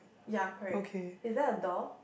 ya correct is there a door